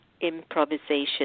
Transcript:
improvisation